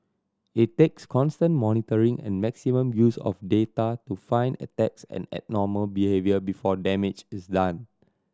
it takes constant monitoring and maximum use of data to find attacks and abnormal behaviour before damage is done